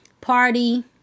party